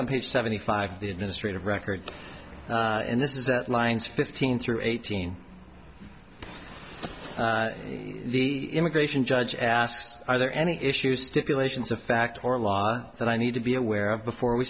on page seventy five of the administrative records and this is that lines fifteen through eighteen the immigration judge asks are there any issues stipulations of fact or law that i need to be aware of